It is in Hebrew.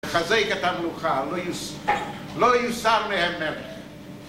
לחזק את המלוכה, "לא יוסר מהם מלך"